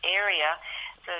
area